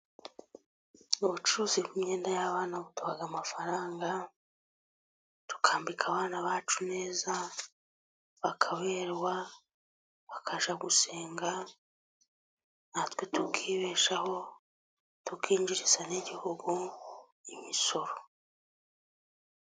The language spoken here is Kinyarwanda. Ubucuruzi bw'imyenda y'abana buduha amafaranga, tukambika abana bacu neza bakaberwa, bakajya gusenga, natwe tukibeshaho tukinjirariza n'igihugu imisoro.